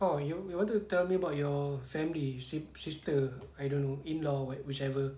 oh you you wanted to tell me about your family you said sister I don't know in law whichever